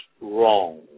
wrong